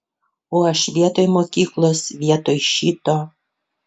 o aš vietoj mokyklos vietoj šito